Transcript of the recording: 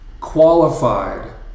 qualified